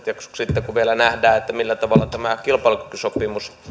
ja sitten kun vielä nähdään millä tavalla tämä kilpailukykysopimus